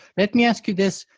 let me ask you this.